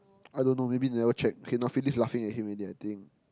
I don't know maybe they never check okay no Phyllis laughing at him ready I think